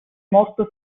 morto